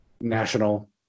national